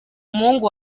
umuhungu